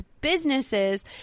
businesses